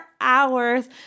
hours